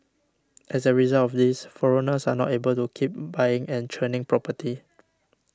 as a result of this foreigners are not able to keep buying and churning property